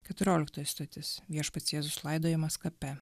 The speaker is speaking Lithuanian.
keturioliktoji stotis viešpats jėzus laidojamas kape